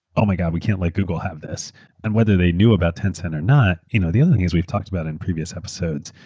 ah my god, we can't let google have this a and whether they knew about tencent or not, you know the other thing is we've talked about in previous episodes,